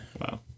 Wow